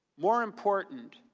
more important,